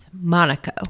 Monaco